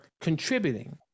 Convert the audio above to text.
contributing